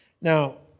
Now